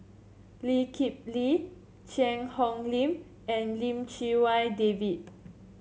Lee Kip Lee Cheang Hong Lim and Lim Chee Wai David